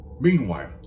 Meanwhile